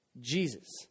Jesus